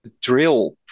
drill